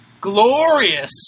glorious